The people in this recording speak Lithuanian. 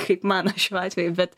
kaip mano šiuo atveju bet